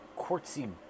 quartzy